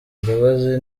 imbabazi